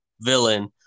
villain